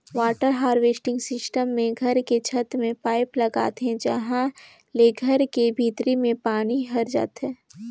water harvesting system मे घर के छत में पाईप लगाथे जिंहा ले घर के भीतरी में पानी हर जाथे